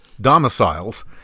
domiciles